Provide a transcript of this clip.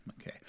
Okay